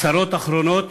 "צרות אחרונות